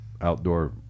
outdoor